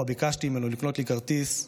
שבה ביקשתי ממנו לקנות לי כרטיס,